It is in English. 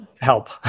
help